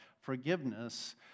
forgiveness